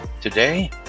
Today